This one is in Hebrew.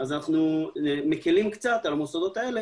אז אנחנו מקלים קצת על המוסדות האלה